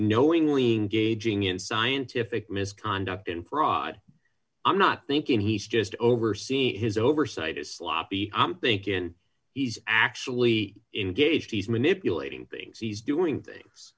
knowingly gaging in scientific misconduct and fraud i'm not thinking he's just overseeing his oversight is sloppy think in he's actually engaged he's manipulating things he's doing things